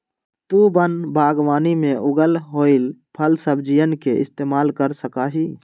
तु वन बागवानी में उगल होईल फलसब्जियन के इस्तेमाल कर सका हीं